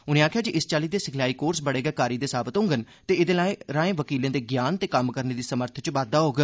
उनें आखेआ जे इस चाल्ली दे सिखाई कोर्स बड़े गै कारी दे साबत होड़न ते एहदे राए वकीलें दे ज्ञान ते कम्म करने दी समर्थ च बाद्दा होग